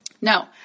No